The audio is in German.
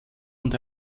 und